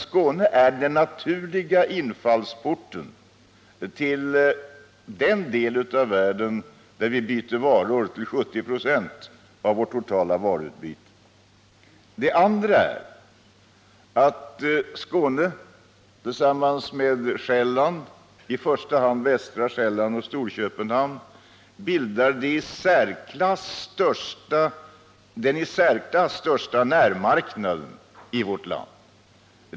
Skåne är den naturliga infallsporten till den del av världen där vi byter varor till 70 96 av vårt totala utbyte. För det andra bildar Skåne tillsammans med Själland — i första hand västra Själland och Storköpenhamn -— den i särklass största närmarknaden i vårt land.